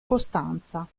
costanza